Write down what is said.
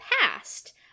past